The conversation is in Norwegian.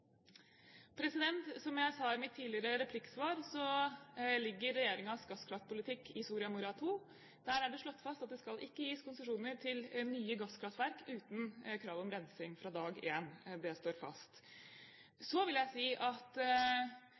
Romsdal. Som jeg sa i mitt tidligere replikksvar, ligger regjeringens gasskraftpolitikk i Soria Moria II. Der er det slått fast at det ikke skal gis konsesjoner til nye gasskraftverk uten krav om rensing fra dag én. Det står fast. Så vil jeg si at